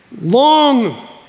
Long